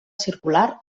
circular